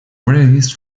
released